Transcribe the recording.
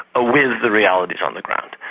ah with the realities on the ground,